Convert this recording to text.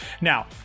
Now